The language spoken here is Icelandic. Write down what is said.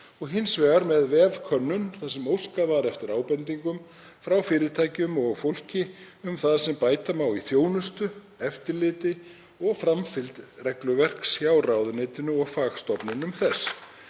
hins vegar með vefkönnun þar sem óskað var eftir ábendingum frá fyrirtækjum og fólki um það sem bæta mætti í þjónustu, eftirliti og framfylgd regluverks hjá ráðuneytinu og fagstofnunum þess.